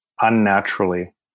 unnaturally